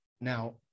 Now